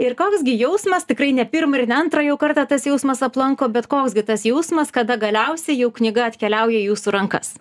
ir koks gi jausmas tikrai ne pirmą ir ne antrą jau kartą tas jausmas aplanko bet koks gi tas jausmas kada galiausiai jau knyga atkeliauja į jūsų rankas